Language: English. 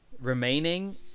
remaining